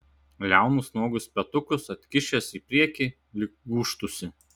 liaunus nuogus petukus atkišęs į priekį lyg gūžtųsi